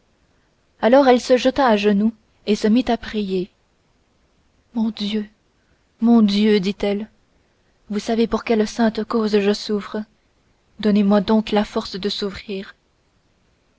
alors elle se jeta à genoux et se mit à prier mon dieu mon dieu dit-elle vous savez pour quelle sainte cause je souffre donnez-moi donc la force de souffrir